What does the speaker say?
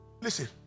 Listen